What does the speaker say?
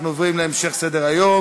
23 בעד, אין מתנגדים, אין נמנעים.